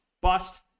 bust